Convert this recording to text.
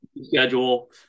schedule